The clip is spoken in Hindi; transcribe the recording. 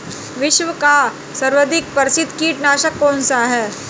विश्व का सर्वाधिक प्रसिद्ध कीटनाशक कौन सा है?